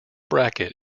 bracket